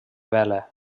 vela